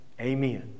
amen